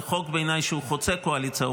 בעיניי, זה חוק שחוצה קואליציה-אופוזיציה.